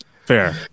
Fair